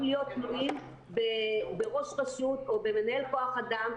להיות תלויים בראש רשות או במנהל כוח אדם,